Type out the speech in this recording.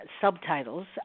subtitles